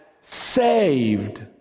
saved